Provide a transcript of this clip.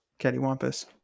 cattywampus